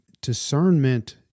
Discernment